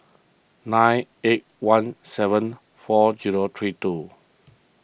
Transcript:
nine eight one seven four zero three two